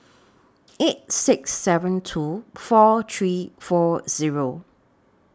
eight six seven two four three four Zero